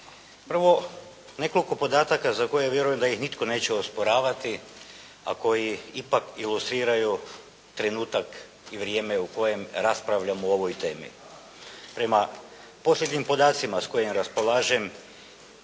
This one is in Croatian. Prvo nekoliko podataka za koje vjerujem da ih nitko neće osporavati, a koji ipak ilustriraju trenutak i vrijeme u kojem raspravljamo o ovoj temi. Prema posljednjim podacima s kojima raspolažem